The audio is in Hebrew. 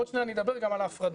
ועוד שניה אני אדבר גם על ההפרדה.